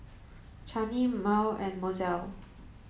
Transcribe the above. Channie Merl and Mozell